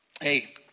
hey